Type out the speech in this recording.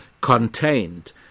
contained